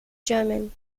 german